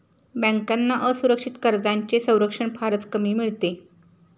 बँकांना असुरक्षित कर्जांचे संरक्षण फारच कमी मिळते